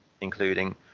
including